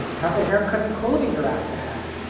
have the haircut and clothing you're asked to have.